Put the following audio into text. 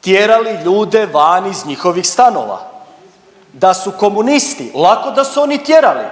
tjerali ljude van iz njihovih stanova, da su komunisti lako da su oni tjerali